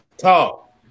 Talk